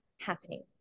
happening